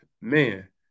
man